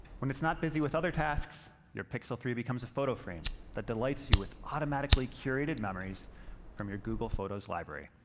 when it's not busy with other tasks, your pixel three becomes a photo frame that delights you with automatically curated memories from your google photos library,